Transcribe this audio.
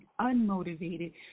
unmotivated